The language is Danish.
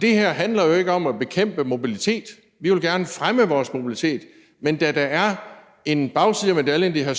Det her handler jo ikke om at bekæmpe mobilitet. Vi vil gerne fremme vores mobilitet. Men da der er en bagside af medaljen, der handler